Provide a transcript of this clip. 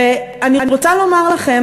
אני רוצה לומר לכם,